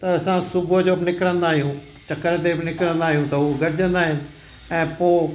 त असां सुबुह जो बि निकिरंदा आहियूं चकर ते बि निकिरंदा आहियूं त उहा गॾिजंदा आहिनि ऐं पोइ